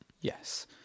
Yes